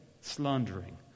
slandering